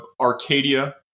Arcadia